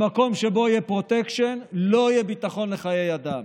במקום שבו יש פרוטקשן לא יהיה ביטחון לחיי אדם,